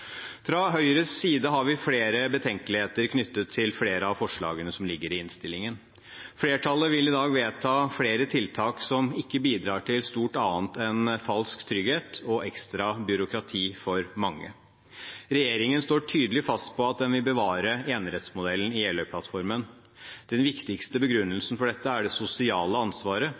Fra Høyres side har vi flere betenkeligheter knyttet til flere av forslagene som ligger i innstillingen. Flertallet vil i dag vedta flere tiltak som ikke bidrar til stort annet enn falsk trygghet og ekstra byråkrati for mange. Regjeringen står tydelig fast på at den vil bevare enerettsmodellen i Jeløya-plattformen. Den viktigste begrunnelsen for dette er det sosiale ansvaret